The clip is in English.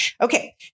Okay